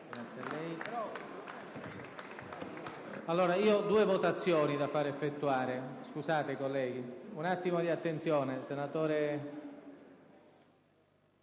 Grazie a lei,